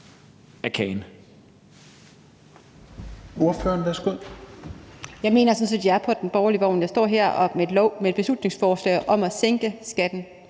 af kagen.